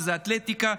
שזאת אתלטיקה.